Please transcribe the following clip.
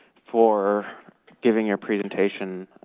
for giving your presentation.